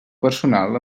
personal